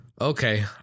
Okay